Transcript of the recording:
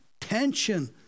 tension